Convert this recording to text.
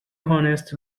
honest